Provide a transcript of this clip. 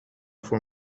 voor